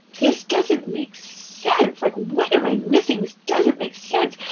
this doesn't make sense. like what am i missing? this doesn't make sense.